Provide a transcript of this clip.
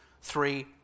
Three